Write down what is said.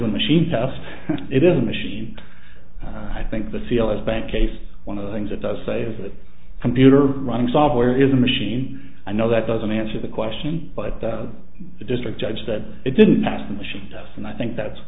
a machine test it is a machine i think the seal is bank case one of the things it does say is that computer running software is a machine i know that doesn't answer the question but the district judge said it didn't pass the machine and i think that's